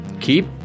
keep